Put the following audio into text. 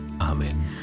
Amen